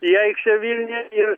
į aikštę vilniuje ir